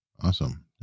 Awesome